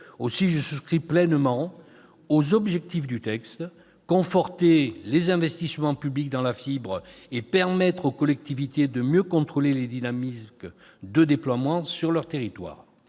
Aussi, je souscris pleinement aux objectifs du texte : conforter les investissements publics dans la fibre et permettre aux collectivités de mieux contrôler les dynamiques de déploiement sur leur territoire.